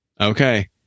okay